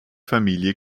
familie